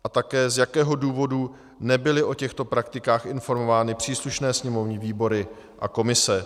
A také, z jakého důvodu nebyly o těchto praktikách informovány příslušné sněmovní výbory a komise.